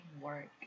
work